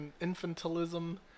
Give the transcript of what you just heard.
infantilism